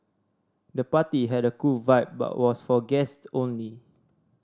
the party had a cool vibe but was for guests only